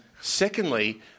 Secondly